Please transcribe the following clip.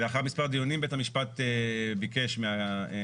לאחר מספר דיונים בית המשפט ביקש להביא